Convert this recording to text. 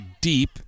deep